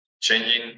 changing